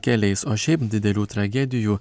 keliais o šiaip didelių tragedijų